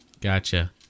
Gotcha